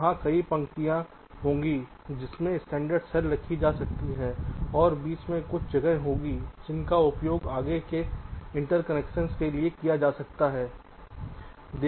वहां कई पंक्तियों होगी जिनमें स्टैंडर्ड सेल रखी जा सकती हैं और बीच में कुछ जगह होगी जिनका उपयोग आगे के इंटरकनेक्शंस के लिए किया जा सकता है